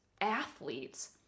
athletes